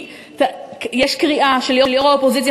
יש קריאה של יושבת-ראש האופוזיציה,